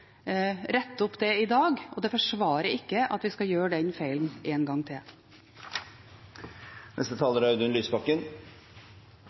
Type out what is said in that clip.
det opp i dag, og det forsvarer ikke at vi skal gjøre den feilen en gang til.